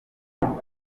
nubwo